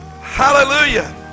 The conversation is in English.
hallelujah